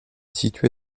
situé